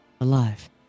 alive